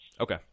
Okay